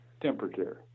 temperature